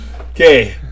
okay